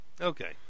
Okay